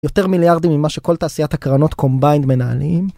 יותר מיליארדים ממה שכל תעשיית הקרנות combined מנהלים.